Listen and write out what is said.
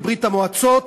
מברית-המועצות,